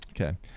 Okay